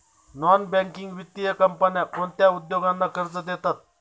Non banking वित्तीय कंपन्या कोणत्या उद्योगांना कर्ज देतात?